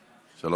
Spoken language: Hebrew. דקות.